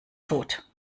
tot